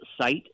site